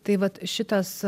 tai vat šitas